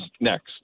next